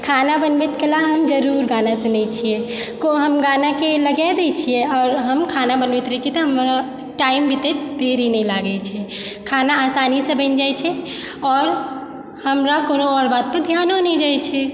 खाना बनबैत काल हम जरूर गाना सुनै छियै गानाके हम लगा दैत छियै आओर हम खाना बनबैत रहै छी तैं टाइम बितैत देरी नहि लागै छै खाना आसानीसँ बनि जाइत छै आओर हमरा आओर कोनो बातपर ध्यानो नहि जाइ छै